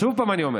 שוב אני אומר: